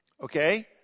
okay